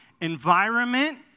Environment